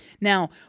Now